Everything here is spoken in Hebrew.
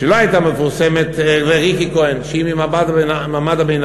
שלא הייתה מפורסמת, ריקי כהן, שהיא ממעמד הביניים.